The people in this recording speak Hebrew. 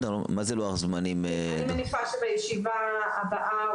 אני מניחה שבישיבה הבאה,